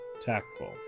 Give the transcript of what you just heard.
tactful